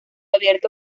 abierto